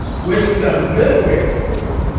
which the middle way school